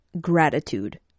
gratitude